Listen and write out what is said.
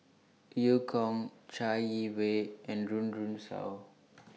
EU Kong Chai Yee Wei and Run Run Shaw